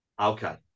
okay